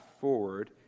forward